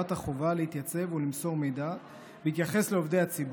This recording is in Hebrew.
החובה להתייצב ולמסור מידע בהתייחס לעובדי הציבור,